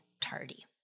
tardy